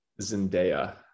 zendaya